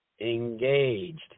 engaged